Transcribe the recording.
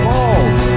Balls